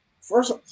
First